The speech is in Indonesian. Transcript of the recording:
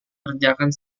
kerjakan